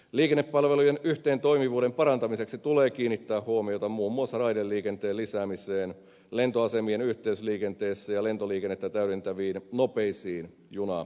liikennepalvelujen yhteentoimivuuden parantamiseksi tulee kiinnittää huomiota muun muassa raideliikenteen lisäämiseen lentoasemien yhteysliikenteessä ja lentoliikennettä täydentäviin nopeisiin junayhteyksiin